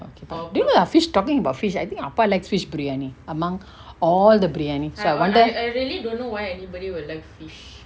okay dyvia fish talking about fish I think அப்பா:appa like fish briyani among all the briyani so one time